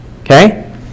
Okay